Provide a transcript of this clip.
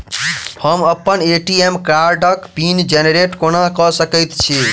हम अप्पन ए.टी.एम कार्डक पिन जेनरेट कोना कऽ सकैत छी?